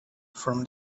from